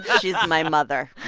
she's ah my mother.